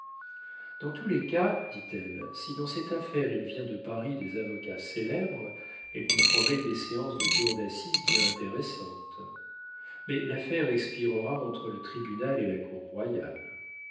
dans tous les cas dit-elle si dans cette affaire il vient de paris des avocats célèbres elle nous promet des séances de cour d'assises bien intéressantes mais l'affaire expirera entre le tribunal et la cour royale